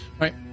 right